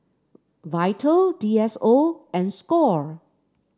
Vital D S O and Score